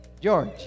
George